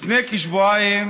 לפני כשבועיים